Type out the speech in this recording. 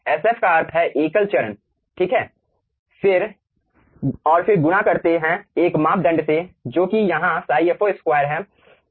SF का अर्थ है एकल चरण ठीक है और फिर गुणा करते हैं एक मापदंड से जो कि यहां ϕfo2 है